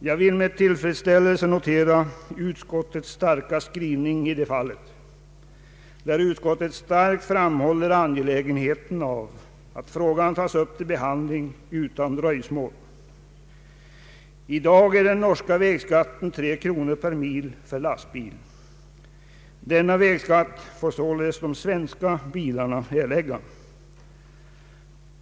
Jag vill med tillfredsställelse notera utskottets starka skrivning i det fallet, där utskottet starkt framhåller angelägenheten av att frågan tas upp till behandling utan dröjsmål. I dag är den norska vägskatten 3 kronor per mil för lastbil. Denna vägskatt får således de svenska åkeriföretagen erlägga.